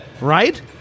Right